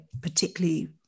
particularly